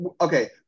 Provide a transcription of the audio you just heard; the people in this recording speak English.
okay